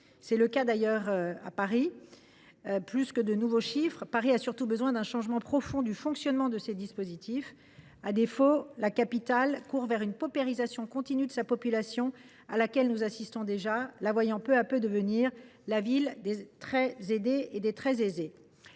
zones tendues. Paris en est une. Plus que de nouveaux chiffres, la capitale a surtout besoin d’un changement profond du fonctionnement de ces dispositifs. À défaut, elle court vers une paupérisation continue de sa population à laquelle nous assistons déjà, la voyant peu à peu devenir la ville des très aidés et des très aisés.